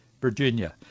Virginia